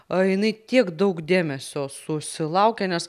jinai tiek daug dėmesio susilaukia nes